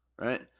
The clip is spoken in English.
right